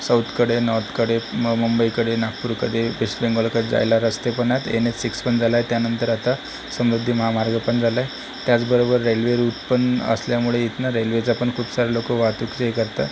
साऊथकडे नॉर्थकडे म मुंबईकडे नागपूरकडे वेस्ट बेंगॉलकडे जायला रस्ते पण आहेत एन एच सिक्स पण झाला आहे त्यानंतर आता समृद्धी महामार्ग पण झाला आहे त्याचबरोबर रेल्वे रूट पण असल्यामुळे इथनं रेल्वेचा पण खूप सारे लोकं वाहतूकचं हे करतात